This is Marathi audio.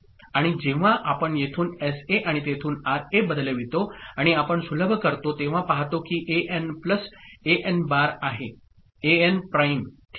आणि जेव्हा आपण येथून एसए आणि तेथून आरए बदलवितो आणि आपण सुलभ करतो तेव्हा पाहतो की एएन प्लस एएन बार आहे एएन प्राइम ठीक आहे